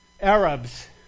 Arabs